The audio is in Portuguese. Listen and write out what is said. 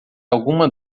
alguma